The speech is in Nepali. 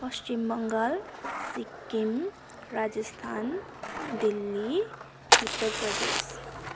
पश्चिम बङ्गाल सिक्किम राजस्थान दिल्ली उत्तर प्रदेश